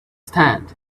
stand